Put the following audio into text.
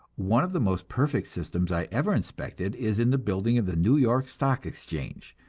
one of the most perfect systems i ever inspected is in the building of the new york stock exchange,